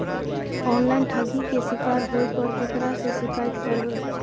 Online ठगी के शिकार होय पर केकरा से शिकायत करबै?